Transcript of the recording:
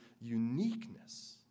uniqueness